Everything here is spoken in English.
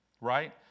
right